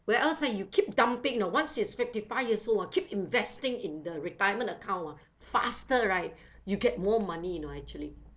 whereas uh you keep dumping you know once he's fifty five years old ah keep investing in the retirement account ah faster right you get more money you know actually